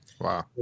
Wow